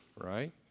right